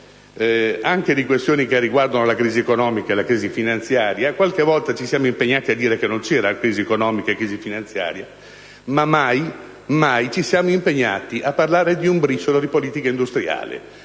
anche di questioni che riguardano la crisi economica e finanziaria; qualche volta ci siamo impegnati a dire che non c'è c'era crisi economica e finanziaria, ma mai ci siamo impegnati a parlare neanche un briciolo di politica industriale.